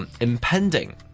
Impending